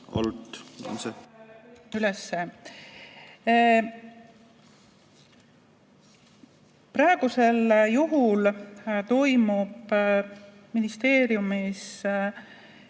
Praegusel juhul tehakse ministeeriumis